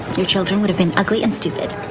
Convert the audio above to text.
your children would have been ugly and stupid.